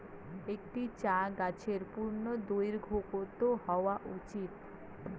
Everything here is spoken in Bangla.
একটি চা গাছের পূর্ণদৈর্ঘ্য কত হওয়া উচিৎ?